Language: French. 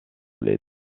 les